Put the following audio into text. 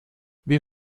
wir